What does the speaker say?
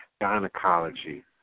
gynecology